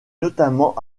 notamment